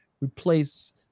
replace